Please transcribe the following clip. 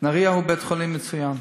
בנהריה יש בית-חולים מצוין,